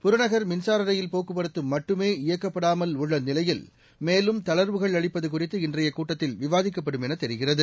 புறநகர் மின்சார ரயில் போக்குவரத்து மட்டுமே இயக்கப்படாமல் உள்ள நிலையில் மேலும் தளர்வுகள் அளிப்பது குறித்து இன்றைய கூட்டத்தில் விவாதிக்கப்படும் என தெரிகிறது